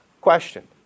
Question